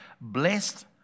Blessed